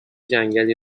جنگلی